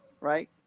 right